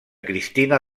cristina